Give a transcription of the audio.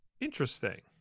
interesting